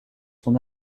son